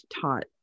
taught